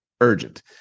urgent